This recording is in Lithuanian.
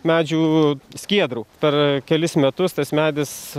medžių skiedru per kelis metus tas medis